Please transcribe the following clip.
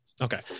Okay